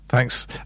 Thanks